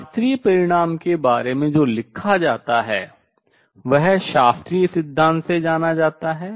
शास्त्रीय परिणाम के बारे में जो लिखा जाता है वह शास्त्रीय सिद्धांत से जाना जाता है